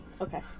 okay